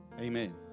amen